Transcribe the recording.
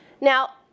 Now